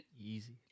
Easy